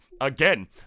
Again